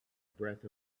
breath